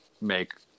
make